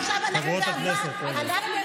אנחנו לא נעלה את מה